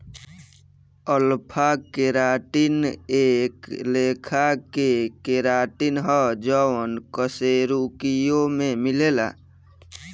alpha keratin एक लेखा के केराटिन ह जवन कशेरुकियों में मिलेला